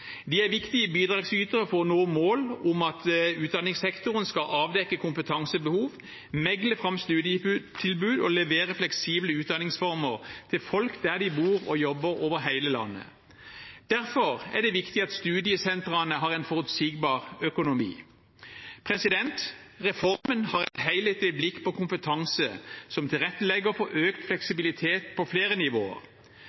de er viktige bidragsytere for å nå mål om at utdanningssektoren skal avdekke kompetansebehov, megle fram studietilbud og levere fleksible utdanningsformer til folk der de bor og jobber, over hele landet. Derfor er det viktig at studiesentrene har en forutsigbar økonomi. Reformen har et helhetlig blikk på kompetanse som tilrettelegger for økt